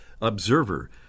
Observer